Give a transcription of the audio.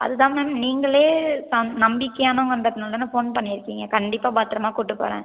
அதுதான் மேம் நீங்களே நம்பிக்கையானவங்கன்றதினால தானே ஃபோன் பண்ணியிருக்கீங்க கண்டிப்பாக பத்திரமா கூட்டி போகிறேன்